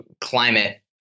climate